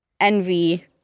envy